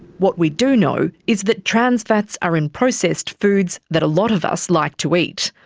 what we do know is that trans fats are in processed foods that a lot of us like to eat.